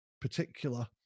particular